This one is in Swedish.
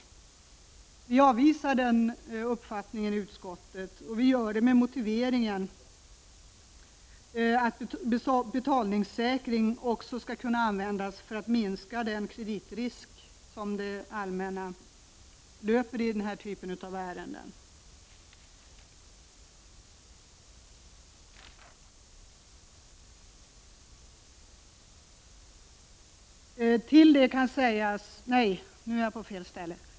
Utskottet avvisar denna uppfattning med motiveringen att betalningssäkring också skall kunna användas för att minska den kreditrisk som det allmänna löper i den här typen av ärenden.